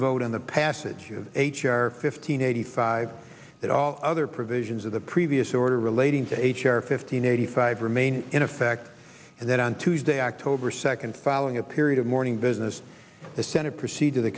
vote on the passage of h r fifteen eighty five that all other provisions of the previous order relating to a chair fifteen eighty five remain in effect and that on tuesday october second following a period of mourning business the senate proceed to the